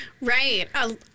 Right